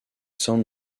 san